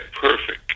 perfect